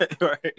Right